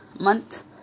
month